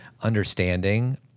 understanding